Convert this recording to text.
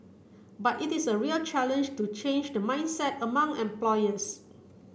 but it is a real challenge to change the mindset among employers